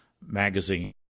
magazine